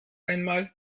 einmal